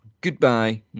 Goodbye